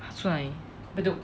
她住哪里